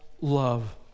Love